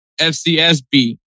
FCSB